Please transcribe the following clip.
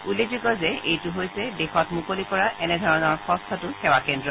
উল্লেখযোগ্য যে এইটো হৈছে দেশত মুকলি কৰা এনেধৰণৰ ষষ্ঠটো সেৱাকেন্দ্ৰ